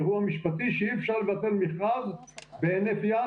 אירוע משפטי שאי אפשר לבטל מכרז בהינף יד